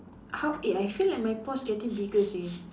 how eh I feel like my pores getting bigger seh